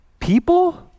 people